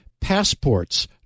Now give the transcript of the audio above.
passports